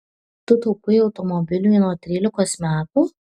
tu taupai automobiliui nuo trylikos metų